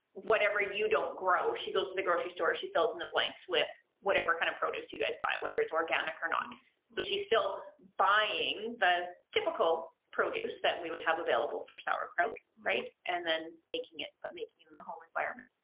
whatever you don't grow, she goes to the grocery store, she fills in the blanks with whatever kind of produce you guys buy, whether it's organic and so she's still buying the typical produce that we would have available for sauerkraut, right? and then making it, but making it in the home environment,